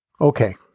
Okay